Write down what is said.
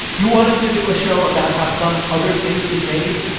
you want us to do a show about how some other thing is made?